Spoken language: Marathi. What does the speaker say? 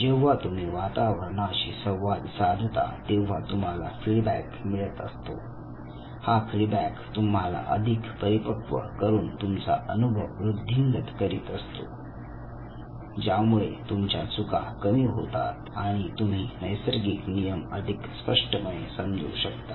जेव्हा तुम्ही वातावरणाची संवाद साधता तेव्हा तुम्हाला फीडबॅक मिळत असतो हा फीडबॅक तुम्हाला अधिक परिपक्व करून तुमचा अनुभव वृद्धिंगत करीत असतो ज्यामुळे तुमच्या चुका कमी होतात आणि तुम्ही नैसर्गिक नियम अधिक स्पष्टपणे समजू शकता